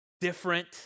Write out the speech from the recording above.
different